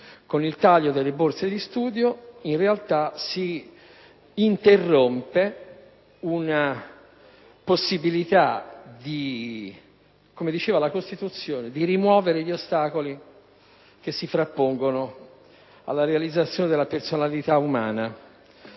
Con il taglio delle borse di studio in realtà si interrompe una possibilità, come diceva la Costituzione, di rimuovere gli ostacoli che si frappongono alla realizzazione della personalità umana.